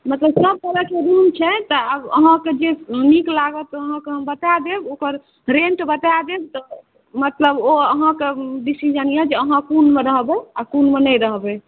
मतलब सभतरह के रूम छै तऽ अब अहाँकेँ जे नीक लागत अहाँकेँ हम बता देब ओकर रेंट बता देब तऽ मतलब ओ अहाँके डिसिजन यए जे अहाँ कोनमे रहबै आ कोनमे नहि रहबै